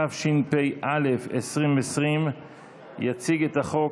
התשפ"א 2020. יציג את החוק